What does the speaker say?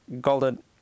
Golden